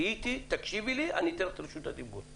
אם תהיה איתי ותקשיבי לי אתן לך את רשות הדיבור.